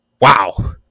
Wow